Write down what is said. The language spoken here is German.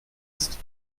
ist